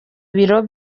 biro